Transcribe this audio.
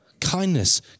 kindness